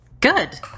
good